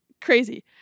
crazy